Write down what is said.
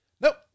Nope